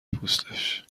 پوستش